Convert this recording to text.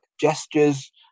gestures